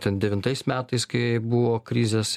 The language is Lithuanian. ten devintais metais kai buvo krizės